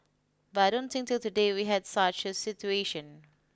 but I don't think till today we have such a situation